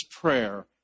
prayer